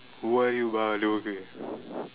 who are you why are you here